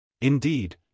Indeed